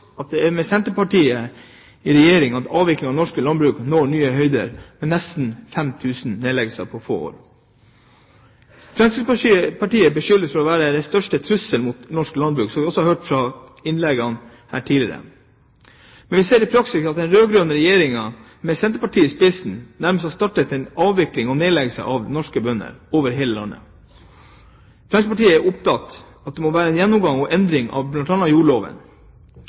at det er med Senterpartiet i regjering at avvikling av norsk landbruk når nye høyder, med nesten 5 000 nedleggelser på få år. Fremskrittspartiet beskyldes for å være den største trusselen mot norsk landbruk – som vi også har hørt i innleggene her tidligere – men vi ser i praksis at den rød-grønne regjeringen, med Senterpartiet i spissen, nærmest har startet en avvikling og nedleggelse av norske bønder over hele landet. Fremskrittspartiet er opptatt av at det må være en gjennomgang og endring av bl.a. jordloven.